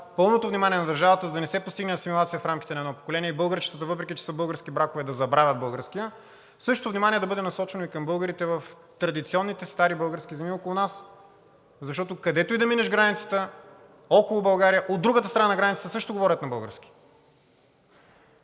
пълното внимание на държавата, за да не се постигне асимилация в рамките на едно поколение и българчетата, въпреки че са от български бракове, да забравят българския, същото внимание да бъде насочено и към българите в традиционните стари български земи около нас. Защото, където и да минеш границата около България, от другата страна на границата също говорят на български.